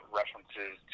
references